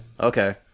okay